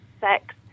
sex